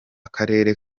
karere